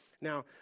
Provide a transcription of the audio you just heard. Now